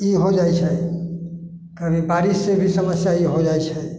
ई हो जाइ छै कभी बारिश से भी समस्या ई हो जाइ छै